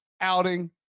outing